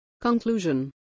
Conclusion